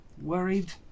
Worried